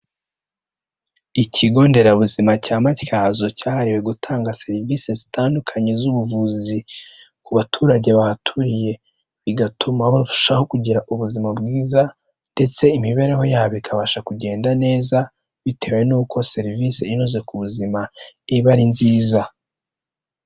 Ikigo nderabuzima cya Matyazo cyahariwe gutanga serivisi zitandukanye z'ubuvuzi ku baturage bahaturiye, bigatuma barushaho kugira ubuzima bwiza ndetse imibereho yabo ikabasha kugenda neza, bitewe n'uko serivisi inoze ku buzima iba ari nziza.